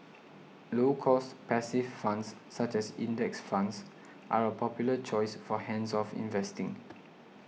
low cost passive funds such as index funds are a popular choice for hands off investing